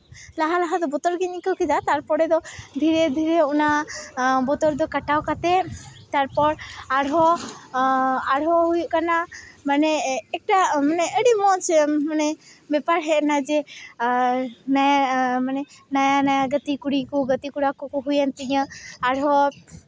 ᱞᱟᱦᱟ ᱞᱦᱟ ᱫᱚ ᱵᱚᱛᱚᱨ ᱜᱮᱧ ᱟᱹᱭᱞᱟᱹᱣ ᱠᱮᱫᱟ ᱛᱟᱨᱯᱚᱨᱮ ᱫᱚ ᱫᱷᱤᱨᱮ ᱫᱷᱤᱨᱮ ᱚᱱᱟ ᱵᱚᱛᱚᱨ ᱫᱚ ᱠᱟᱴᱟᱣ ᱠᱟᱛᱮᱫ ᱛᱟᱨᱯᱚᱨ ᱟᱨᱦᱚᱸ ᱟᱨᱦᱚᱸ ᱦᱩᱭᱩᱜ ᱠᱟᱱᱟ ᱢᱟᱱᱮ ᱮᱠᱴᱟ ᱟᱹᱰᱤ ᱢᱚᱡᱽ ᱢᱟᱱᱮ ᱵᱮᱯᱟᱴ ᱦᱮᱡ ᱱᱟ ᱡᱮ ᱢᱟᱱᱮ ᱢᱟᱱᱮ ᱱᱚᱭᱟ ᱱᱚᱭᱟ ᱜᱟᱛᱮ ᱠᱩᱲᱤ ᱠᱚ ᱜᱟᱛᱮ ᱠᱚᱲᱟ ᱠᱚᱠᱚ ᱦᱩᱭᱮᱱ ᱛᱤᱧᱟ ᱟᱨᱦᱚᱸ